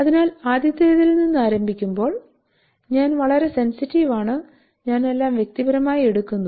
അതിനാൽ ആദ്യത്തേതിൽ നിന്ന് ആരംഭിക്കുമ്പോൾ ഞാൻ വളരെ സെൻസിറ്റീവ് ആണ് ഞാൻ എല്ലാം വ്യക്തിപരമായി എടുക്കുന്നു